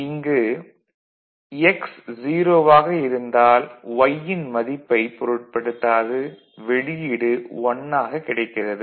இங்கு x 0 ஆக இருந்தால் y யின் மதிப்பைப் பொருட்படுத்தாது வெளியீடு 1 ஆக கிடைக்கிறது